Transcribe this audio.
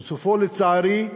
סופו, לצערי,